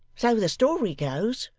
so the story goes